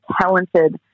talented